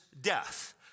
death